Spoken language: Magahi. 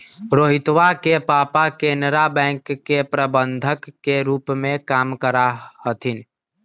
रोहितवा के पापा केनरा बैंक के प्रबंधक के रूप में काम करा हथिन